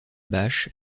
bâche